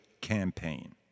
campaign